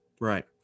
Right